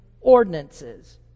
ordinances